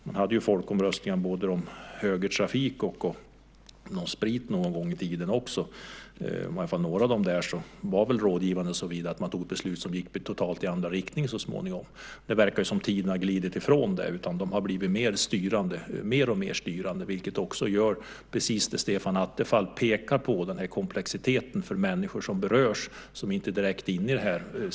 Man hade folkomröstningar både om högertrafik och om sprit en gång i tiden också. I alla fall några av dem var rådgivande såtillvida att man fattade beslut som gick totalt i andra riktningen så småningom. Det verkar som om tiden har glidit ifrån det, och de har blivit mer och mer styrande. Det medför precis det som Stefan Attefall pekar på - komplexiteten för de människor som berörs och som inte är direkt inne i det hela.